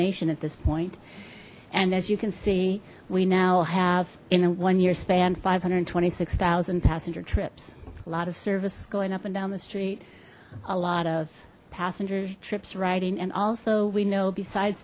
nation at this point and as you can see we now have in a one year span five hundred twenty six thousand passenger trips a lot of services going up and down the street a lot of passengers trips riding and also we know besides